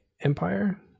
Empire